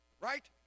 right